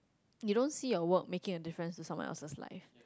you don't see your work making a difference to someone else's life